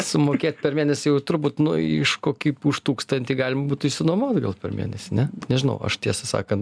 sumokėt per mėnesį jau turbūt nu iš kokį kaip už tūkstantį galima būtų išsinuomot gal per mėnesį ne nežinau aš tiesą sakant